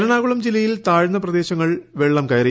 എറണാകുളം ജില്ലയിൽ താഴ്ന്ന പ്രദേശങ്ങളിൽ വെള്ളം കയറി